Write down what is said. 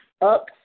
up